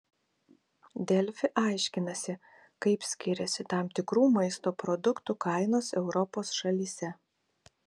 delfi aiškinasi kaip skiriasi tam tikrų maisto produktų kainos europos šalyse